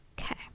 Okay